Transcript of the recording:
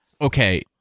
okay